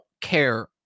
care